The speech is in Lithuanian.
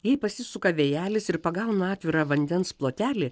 jei pasisuka vėjelis ir pagauna atvirą vandens plotelį